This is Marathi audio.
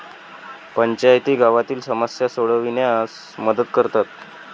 पंचायती गावातील समस्या सोडविण्यास मदत करतात